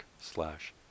slash